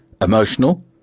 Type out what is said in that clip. emotional